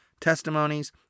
testimonies